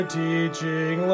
teaching